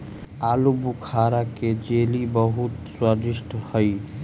आलूबुखारा के जेली बहुत स्वादिष्ट हई